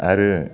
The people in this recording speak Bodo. आरो